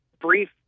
brief